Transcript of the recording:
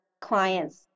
clients